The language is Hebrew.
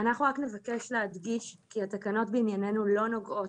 אנחנו רק נבקש להדגיש כי התקנות בענייננו לא נוגעות